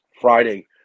Friday